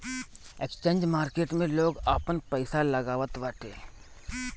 exchange market में लोग आपन पईसा लगावत बाटे